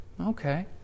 Okay